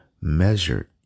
measured